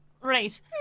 right